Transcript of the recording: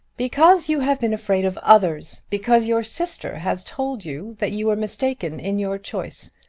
because you have been afraid of others because your sister has told you that you were mistaken in your choice.